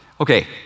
Okay